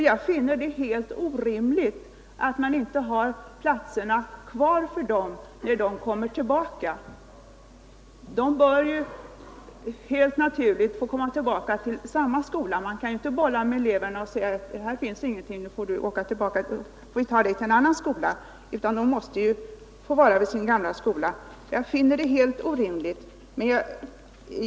Jag finner det helt orimligt att man inte har plats för dessa när de kommer tillbaka till skolan. De bör naturligtvis få komma tillbaka till samma skola. Man kan ju inte bolla med eleverna hur som helst och flytta dem hit och dit mellan skolorna. Det finner jag helt orimligt.